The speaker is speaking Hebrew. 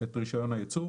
את רישיון הייצור.